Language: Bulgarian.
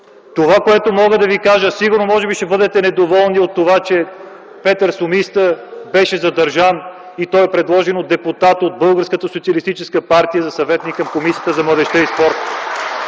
Това, което мога да ви кажа, е, че сигурно ще бъдете недоволни от това, че Петър сумиста беше задържан – той е предложен от депутат от Българската социалистическа партия за съветник на Комисията за младежта и спорта.